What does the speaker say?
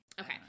Okay